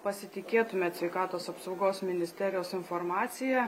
pasitikėtumėt sveikatos apsaugos ministerijos informacija